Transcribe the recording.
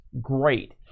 great